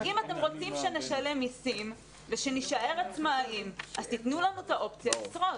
אם אתם רוצים שנשלם מיסים ושנישאר עצמאיים אז תנו לנו את האופציה לשרוד,